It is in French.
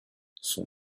son